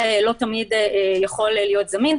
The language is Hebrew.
לא תמיד יכול להיות זמין,